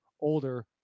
older